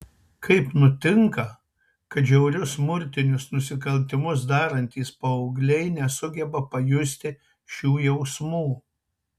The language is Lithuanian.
kaip nutinka kad žiaurius smurtinius nusikaltimus darantys paaugliai nesugeba pajusti šių jausmų